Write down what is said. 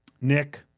Nick